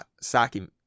Saki